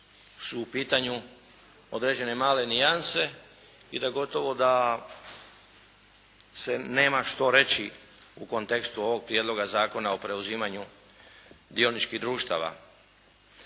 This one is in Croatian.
su u pitanju određene male nijanse i da gotovo da se nema što reći u kontekstu ovog Prijedloga zakona o preuzimanju dioničkih društava.